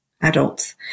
adults